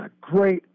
great